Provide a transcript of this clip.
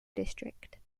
district